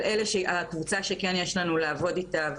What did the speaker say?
אבל הקבוצה שכן יש לנו לעבוד איתה,